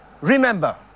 Remember